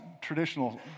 traditional